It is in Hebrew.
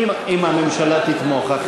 אם הממשלה תתמוך,